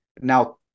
Now